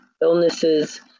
illnesses